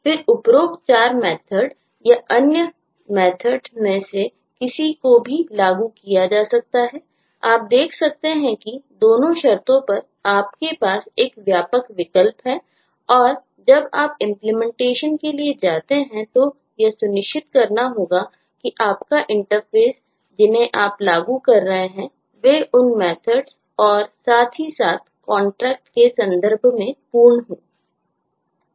फिर उपरोक्त 4 मेथड्स के संदर्भ में पूर्ण हो